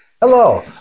Hello